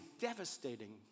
devastating